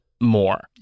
More